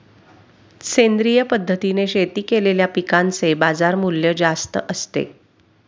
सेंद्रिय पद्धतीने शेती केलेल्या पिकांचे बाजारमूल्य जास्त असते